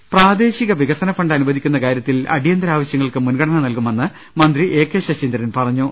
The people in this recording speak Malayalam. ക്രിപാദേശിക വികസന ഫണ്ട് അനുവദിക്കുന്ന കാര്യ ത്തിൽ അടിയന്തരാവശ്യങ്ങൾക്ക് മുൻഗണന നൽകു മെന്ന് മന്ത്രി എ കെ ശശീന്ദ്രൻ പറഞ്ഞു